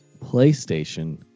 playstation